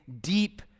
deep